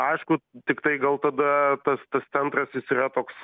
aišku tiktai gal tada tas tas centras jis yra toks